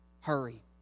Hurry